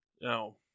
No